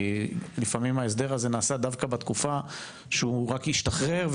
כי לפעמים ההסדר הזה נעשה דווקא בתקופה שהוא רק השתחרר,